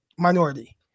minority